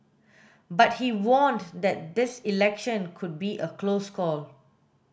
but he warned that this election could be a close call